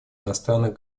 иностранных